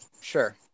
sure